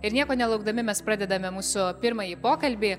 ir nieko nelaukdami mes pradedame mūsų pirmąjį pokalbį